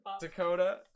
Dakota